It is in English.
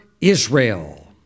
Israel